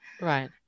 Right